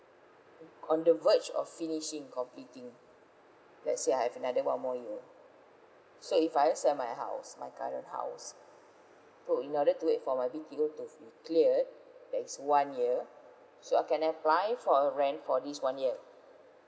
on the verge of finishing completing let's say I have another one more year so if I sell my house my current house to in order to wait for my B_T_O to be cleared that is one year so I can apply for a rent for this one year